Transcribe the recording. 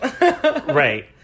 Right